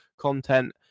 content